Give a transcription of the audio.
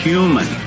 Human